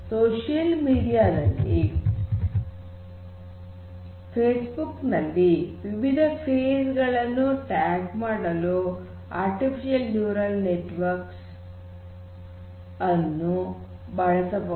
social media Facebook ನಲ್ಲಿ ವಿವಿಧ face ಗಳನ್ನು ಟ್ಯಾಗ್ ಮಾಡಲು ಆರ್ಟಿಫಿಷಿಯಲ್ ನ್ಯೂರಲ್ ನೆಟ್ ವರ್ಕ್ ಅನ್ನು ಬಳಸಬಹುದು